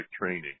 training